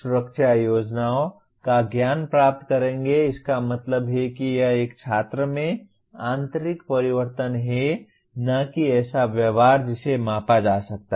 सुरक्षा योजनाओं का ज्ञान प्राप्त करेंगे इसका मतलब है कि यह एक छात्र में आंतरिक परिवर्तन है न कि ऐसा व्यवहार जिसे मापा जा सकता है